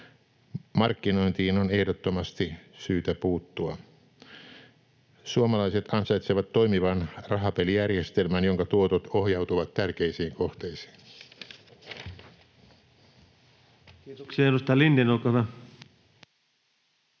Markkinointiin on ehdottomasti syytä puuttua. Suomalaiset ansaitsevat toimivan rahapelijärjestelmän, jonka tuotot ohjautuvat tärkeisiin kohteisiin. [Speech